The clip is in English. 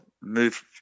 move